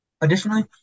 Additionally